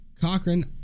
Cochran